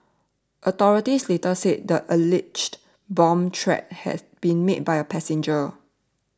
authorities later said the alleged bomb threat had been made by a passenger